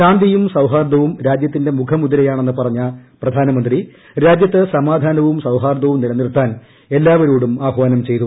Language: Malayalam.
ശാന്തിയും സൌഹാർദവും രാജ്യത്തിർന്റ് മുഖമുദ്രയാണെന്ന് പറഞ്ഞ പ്രധാനമന്ത്രി രാജ്യത്ത് സമാധാന്പും സൌഹാർദവും നിലനിർത്താൻ എല്ലാവരോടും ആഹാനം ചെയ്തു